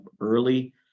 early